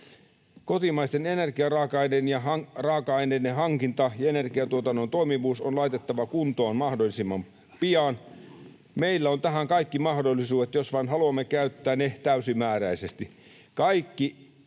Kotimaisen energian raaka-aineiden hankinta ja energiantuotannon toimivuus on laitettava kuntoon mahdollisimman pian. Meillä on tähän kaikki mahdollisuudet, jos vain haluamme käyttää ne täysimääräisesti.